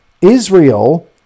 Israel